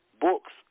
books